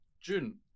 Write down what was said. June